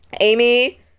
Amy